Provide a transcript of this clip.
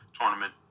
tournament